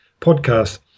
podcast